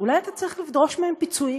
אולי אתה צריך לדרוש מהם פיצויים.